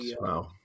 Wow